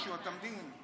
משהו, אתה מבין?